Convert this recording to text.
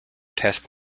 test